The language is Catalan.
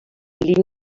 línia